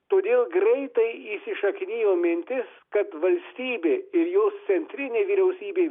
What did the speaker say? todėl greitai įsišaknijo mintis kad valstybė ir jos centrinė vyriausybė